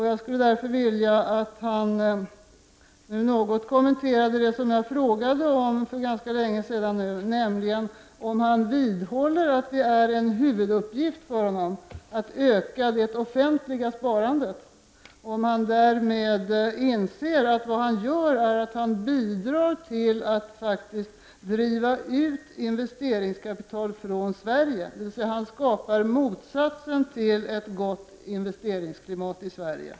Jag skulle därför vilja att han något kommenterade det som jag frågade om för ganska länge sedan, nämligen om han vidhåller att det är en huvuduppgift för honom att öka det offentliga sparandet och om han därmed inser att vad han gör är att bidra till att faktiskt driva ut investeringskapital från Sverige, dvs. att han skapar motsatsen till ett gott investeringsklimat i Sverige.